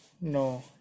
No